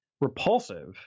repulsive